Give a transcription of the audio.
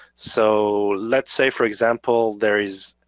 so let's say for example there is,